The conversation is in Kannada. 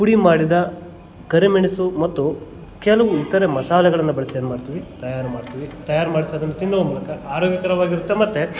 ಪುಡಿ ಮಾಡಿದ ಕರಿಮೆಣಸು ಮತ್ತು ಕೆಲವು ಇತರೆ ಮಸಾಲೆಗಳನ್ನು ಬಳಸಿ ಏನು ಮಾಡ್ತೀವಿ ತಯಾರು ಮಾಡ್ತೀವಿ ತಯಾರು ಮಾಡಿಸಿ ಅದನ್ನು ತಿನ್ನುವ ಮೂಲಕ ಆರೋಗ್ಯಕರವಾಗಿರುತ್ತೆ ಮತ್ತು